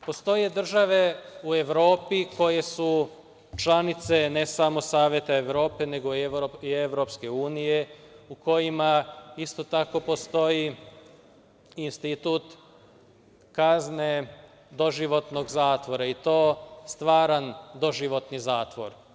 Postoje države u Evropi koje su članice, ne samo Saveta Evrope, nego i EU, u kojima isto tako postoji institut kazne doživotnog zatvora i to stvaran doživotni zatvor.